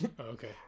Okay